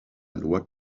loi